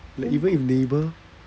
like even if neighbour